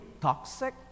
toxic